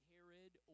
Herod